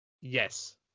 yes